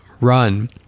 run